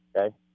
Okay